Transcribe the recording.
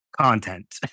content